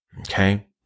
Okay